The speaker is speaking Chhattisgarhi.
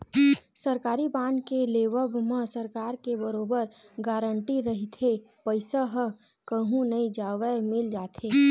सरकारी बांड के लेवब म सरकार के बरोबर गांरटी रहिथे पईसा ह कहूँ नई जवय मिल जाथे